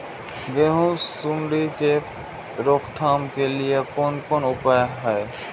गेहूँ सुंडी के रोकथाम के लिये कोन कोन उपाय हय?